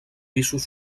pisos